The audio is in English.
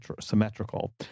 symmetrical